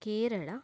Kerala